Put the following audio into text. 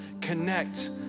connect